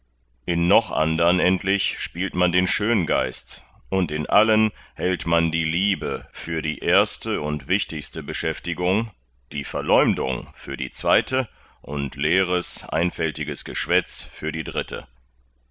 in noch andern endlich spielt man den schöngeist und in allen hält man die liebe für die erste und wichtigste beschäftigung die verleumdung für die zweite und leeres einfältiges geschwätz für die dritte